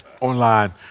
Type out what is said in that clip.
online